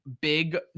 big